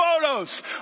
photos